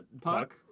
Puck